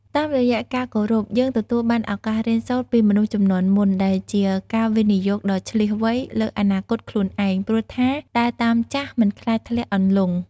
តាមរយៈការគោរព យើងទទួលបានឱកាសរៀនសូត្រពីមនុស្សជំនាន់មុន ដែលជាការវិនិយោគដ៏ឈ្លាសវៃលើអនាគតខ្លួនឯង ព្រោះថា "ដើរតាមចាស់ មិនខ្លាចធ្លាក់អន្លង់"។